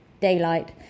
daylight